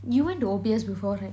you went to O_B_S before right